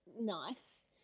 nice